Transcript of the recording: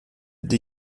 die